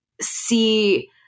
see